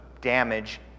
damage